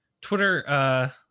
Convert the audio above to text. Twitter